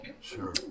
Sure